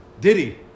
Diddy